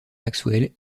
maxwell